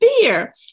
fear